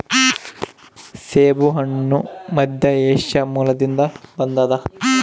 ಸೇಬುಹಣ್ಣು ಮಧ್ಯಏಷ್ಯಾ ಮೂಲದಿಂದ ಬಂದದ